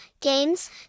games